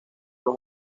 las